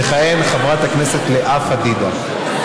תכהן חברת הכנסת לאה פדידה.